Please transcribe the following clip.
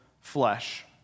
flesh